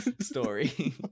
story